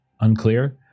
unclear